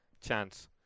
chance